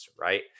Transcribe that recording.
right